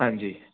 ਹਾਂਜੀ